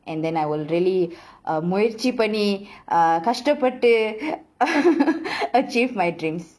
and then I will really um முயற்சி பண்ணி:muyarchi panni uh கஷ்டப்பட்டு:kashtappattu achieve my dreams